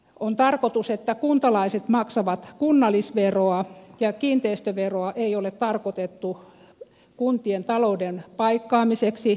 on tarkoitus että kuntalaiset maksavat kunnallisveroa ja kiinteistöveroa ei ole tarkoitettu kuntien talouden paikkaamiseksi